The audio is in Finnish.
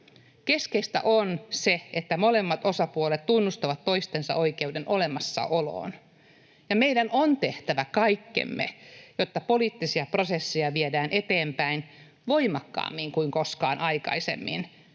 Keskeistä on se, että molemmat osapuolet tunnustavat toistensa oikeuden olemassaoloon, ja meidän on tehtävä kaikkemme, jotta poliittisia prosesseja viedään eteenpäin voimakkaammin kuin koskaan aiemmin,